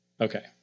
Okay